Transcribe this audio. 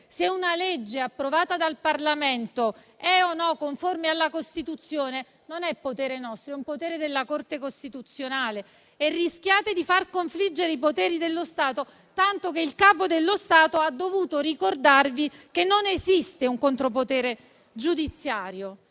se una legge approvata dal Parlamento è o no conforme alla Costituzione non è potere nostro, ma è un potere della Corte costituzionale. Rischiate di far confliggere i poteri dello Stato, tanto che il Capo dello Stato ha dovuto ricordarvi che non esiste un contropotere giudiziario.